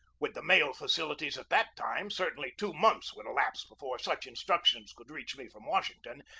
with the mail facilities at that time, certainly two months would elapse before such instructions could reach me from washington,